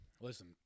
Listen